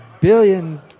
billion